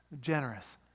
generous